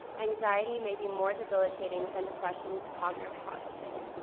anxiety may be more debilitating than depression to cognitive processing.